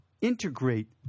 integrate